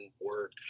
work